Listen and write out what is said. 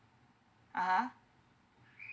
uh !huh!